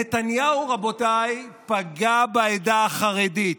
נתניהו, רבותיי, פגע בעדה החרדית.